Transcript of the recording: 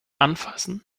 anfassen